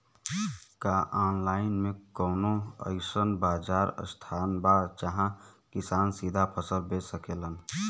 का आनलाइन मे कौनो अइसन बाजार स्थान बा जहाँ किसान सीधा फसल बेच सकेलन?